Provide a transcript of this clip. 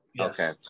okay